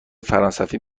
فرانسوی